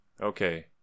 Okay